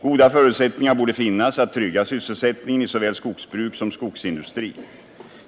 Goda förutsättningar borde finnas att trygga sysselsättningen i såväl skogsbruk som skogsindustri.